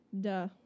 duh